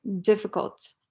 difficult